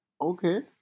Okay